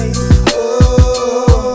-oh